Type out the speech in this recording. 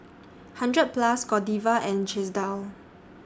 hundred Plus Godiva and Chesdale